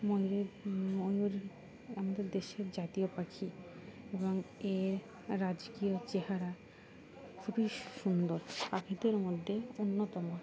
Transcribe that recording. ময়ূরের ময়ূর আমাদের দেশের জাতীয় পাখি এবং এর রাজকীয় চেহারা খুবই সুন্দর পাখিদের মধ্যে অন্যতম